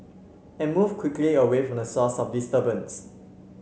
and move quickly away from the source of disturbance